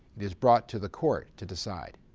it is brought to the court to decide.